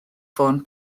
ffôn